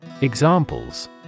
Examples